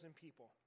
people